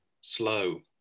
slow